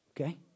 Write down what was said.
Okay